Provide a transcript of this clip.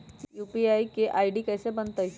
UPI के ID कैसे बनतई?